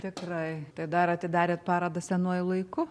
tikrai dar atidarėt parodą senuoju laiku